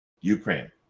Ukraine